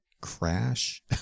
Crash